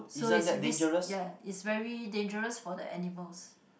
so it's risk ya it's very dangerous for the animals